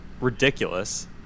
ridiculous